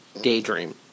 daydream